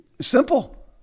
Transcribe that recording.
Simple